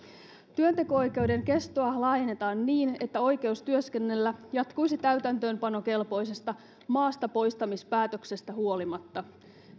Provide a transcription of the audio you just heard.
työnteko oikeuden kestoa laajennetaan niin että oikeus työskennellä jatkuisi täytäntöönpanokelpoisesta maastapoistamispäätöksestä huolimatta